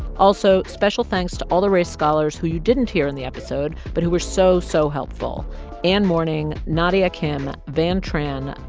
also, special thanks to all the race scholars who you didn't hear in the episode but who were so, so helpful ann morning, nadia kim, van tran,